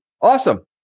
Awesome